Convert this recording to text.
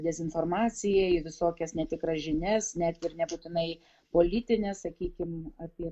dezinformaciją į visokias netikras žinias net ir nebūtinai politines sakykim apie